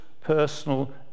personal